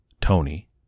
Tony